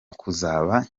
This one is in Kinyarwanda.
kuzaba